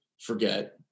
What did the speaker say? forget